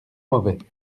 mauvais